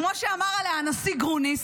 כמו שאמר עליה הנשיא גרוניס,